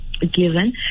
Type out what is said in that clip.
given